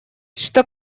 что